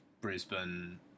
Brisbane